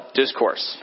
discourse